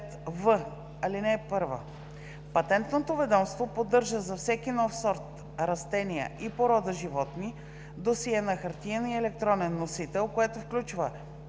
Патентното ведомство поддържа за всеки нов сорт растения и порода животни досие на хартиен и електронен носител, което включва